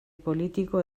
politiko